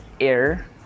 air